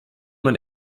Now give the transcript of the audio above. man